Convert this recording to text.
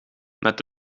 met